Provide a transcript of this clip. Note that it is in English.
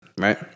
Right